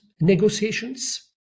negotiations